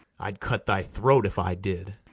i'd cut thy throat, if i did.